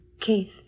Keith